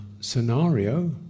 scenario